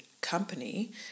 company